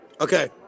Okay